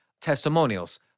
testimonials